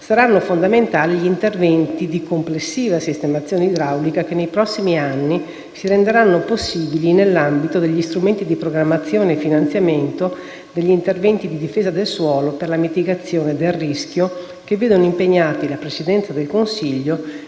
saranno fondamentali gli interventi di complessiva sistemazione idraulica che nei prossimi anni si renderanno possibili nell'ambito degli strumenti di programmazione e finanziamento degli interventi di difesa del suolo per la mitigazione del rischio, che vedono impegnati la Presidenza del Consiglio